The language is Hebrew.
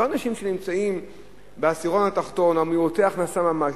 לא אנשים שנמצאים בעשירון התחתון או מעוטי הכנסה ממש,